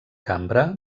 cambra